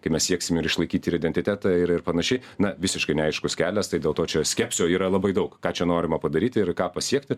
kai mes sieksim ir išlaikyti ir identitetą ir ir panašiai na visiškai neaiškus kelias tai dėl to čia skepsio yra labai daug ką čia norima padaryti ir ką pasiekti